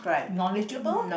knowledgeable